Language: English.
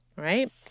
right